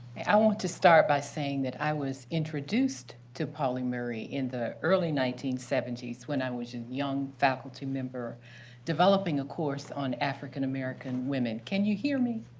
i want to start by saying that i was introduced to pauli murray in the early nineteen seventy s when i was a young faculty member developing a course on african-american women. can you hear me?